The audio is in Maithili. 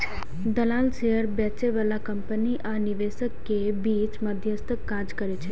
दलाल शेयर बेचय बला कंपनी आ निवेशक के बीच मध्यस्थक काज करै छै